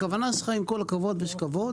הכוונה שלך, עם כל הכבוד ויש כבוד